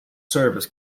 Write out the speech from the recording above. service